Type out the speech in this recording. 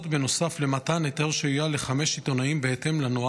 בנוסף למתן היתרי שהייה לחמישה עיתונאים בהתאם לנוהל,